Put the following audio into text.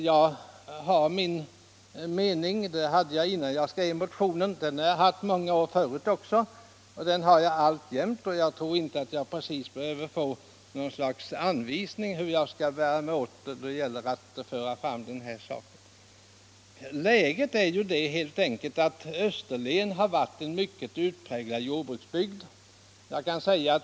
Min mening i den här frågan hade jag innan jag skrev motionen, den har jag haft i många år och den har jag alltjämt. Och jag tror inte att jag behöver just några anvisningar om hur jag skall bära mig åt för att föra fram saken. Läget är det att Österlen varit en utpräglad jordbruksbygd.